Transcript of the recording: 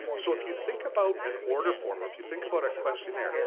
so if you think about an order form or if you think about a questionnaire,